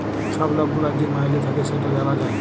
ছব লক গুলার যে মাইলে থ্যাকে সেট জালা যায়